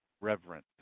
reverent